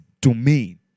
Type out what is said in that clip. domain